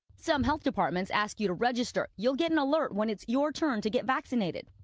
some health departments ask you to register. you will get an alert when it's your turn to get vaccinated.